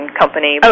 company